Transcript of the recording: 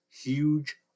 huge